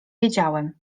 wiedziałem